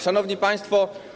Szanowni Państwo!